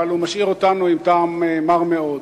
אבל הוא משאיר אותנו עם טעם מר מאוד.